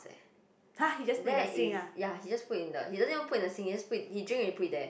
that is ya he just put in the he doesn't even put it in the sink he drink already he just put it there